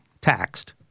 taxed